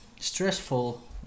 stressful